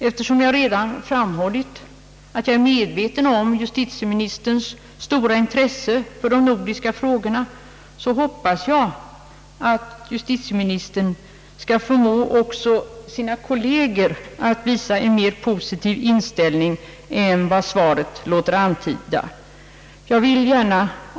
Eftersom jag redan påpekat att jag är medveten om justitieministerns stora intresse för de nordiska frågorna hoppas jag justitieministern skall förmå sina kolleger att visa en mera positiv inställning än vad svaret låter antyda.